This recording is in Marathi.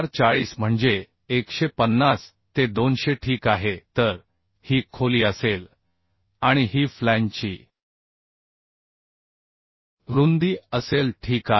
6040 म्हणजे 150 ते 200 ठीक आहे तर ही खोली असेल आणि ही फ्लॅंजची रुंदी असेल ठीक आहे